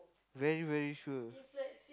very very sure